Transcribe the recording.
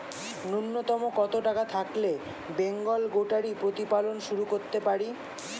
নূন্যতম কত টাকা থাকলে বেঙ্গল গোটারি প্রতিপালন শুরু করতে পারি?